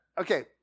okay